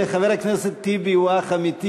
וחבר הכנסת טיבי הוא אח אמיתי,